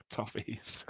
Toffees